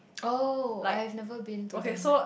oh I have never been to the Mac